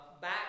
back